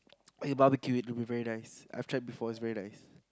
and you Barbecue it it'll be very nice I've tried before it's very nice